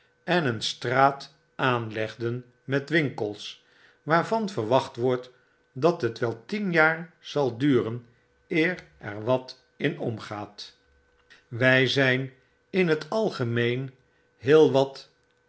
en een straat aanlegden met winkels waarvan verwacht wordt dat het wel tien jaar zal duren eer er wat in omgaat wy zyn in het algemeen heel wat